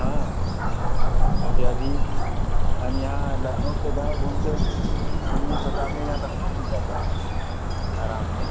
ہاں کیونکہ ابھی ہم یہاں لکھنؤ سے گیے ہیں گھوم کے انیس ہزار میں یہاں لکھنؤ مل جاتا ہے آرام سے